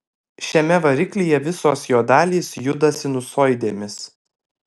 šiame variklyje visos jo dalys juda sinusoidėmis